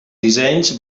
dissenys